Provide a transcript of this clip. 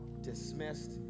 dismissed